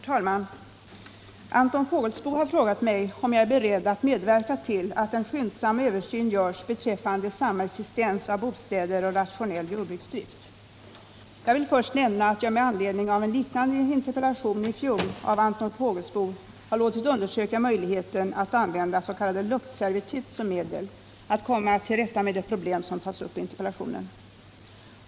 Herr talman! Anton Fågelsbo har frågat mig om jag är beredd att medverka till att en skyndsam översyn görs beträffande samexistens av bo städer och rationell jordbruksdrift. Jag vill först nämna att jag med anledning av en liknande interpellation i fjol av Anton Fågelsbo har låtit undersöka möjligheten att använda s.k. luktservitut som medel att komma till rätta med de problem som tas upp i interpellationen.